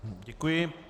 Děkuji.